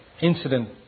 incident